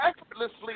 effortlessly